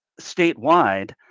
statewide